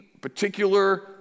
particular